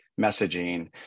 messaging